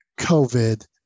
COVID